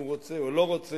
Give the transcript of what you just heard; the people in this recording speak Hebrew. אם הוא רוצה או לא רוצה,